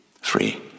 Free